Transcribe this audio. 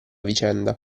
vicenda